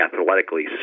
athletically